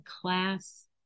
class